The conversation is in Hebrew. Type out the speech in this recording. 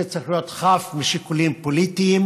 זה צריך להיות חף משיקולים פוליטיים.